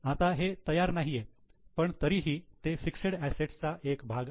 आता हे तयार नाहीये पण तरीही ते फिक्सेड असेट्स चा एक भाग आहे